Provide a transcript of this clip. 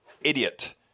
idiot